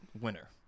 winner